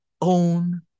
own